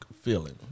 feeling